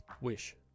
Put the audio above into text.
Wish